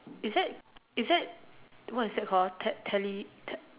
is that is that what is that called ah tele~ tele~